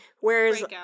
Whereas